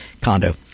condo